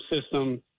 system